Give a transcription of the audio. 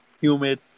Humid